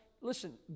listen